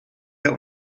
der